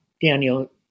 Daniel